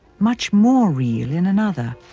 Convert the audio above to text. much more real in another.